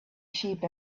sheep